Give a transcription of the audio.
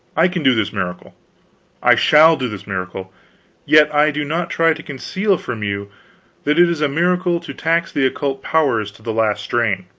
i can do this miracle i shall do this miracle yet i do not try to conceal from you that it is a miracle to tax the occult powers to the last strain.